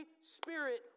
Spirit